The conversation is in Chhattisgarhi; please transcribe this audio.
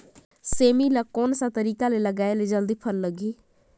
सेमी ला कोन सा तरीका से लगाय ले जल्दी फल लगही?